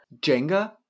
jenga